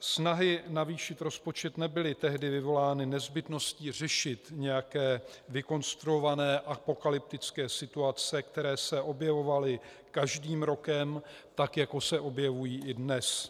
Snahy navýšit rozpočet nebyly tehdy vyvolány nezbytností řešit nějaké vykonstruované apokalyptické situace, které se objevovaly každým rokem, tak jako se objevují i dnes.